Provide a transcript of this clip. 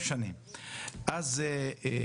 בוקר טוב לכולם, אני רוצה לפתוח את הישיבה.